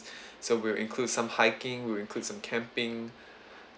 so we'll include some hiking we'll include some camping